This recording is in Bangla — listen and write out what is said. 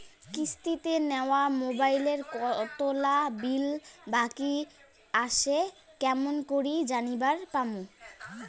কিস্তিতে নেওয়া মোবাইলের কতোলা বিল বাকি আসে কেমন করি জানিবার পামু?